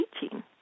teaching